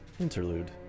interlude